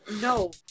No